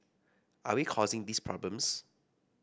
are we causing these problems